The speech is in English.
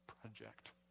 project